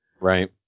Right